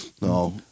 No